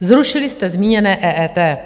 Zrušili jste zmíněné EET.